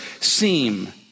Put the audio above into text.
seem